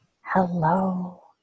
Hello